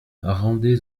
rendez